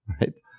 Right